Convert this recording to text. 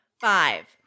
five